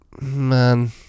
man